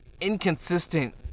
inconsistent